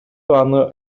аны